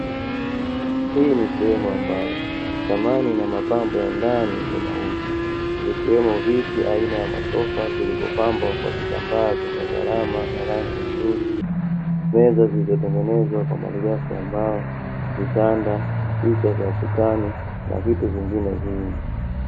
Hii ni sehemu ambayo samani na mapambo ya ndani zinauzwa, ikiwemo: viti aina ya masofa vilivyopambwa kwa vitambaa vyenye gahrama ya rangi nzuri, meza zilizotengenezwa kwa malighafi ya mbao, kitanda, picha za ukutani na vitu vingine vingi.